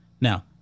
Now